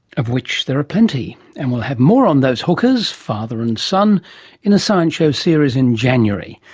of which there are plenty. and we'll have more on those hookers, father and son in a science show series in january.